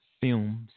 films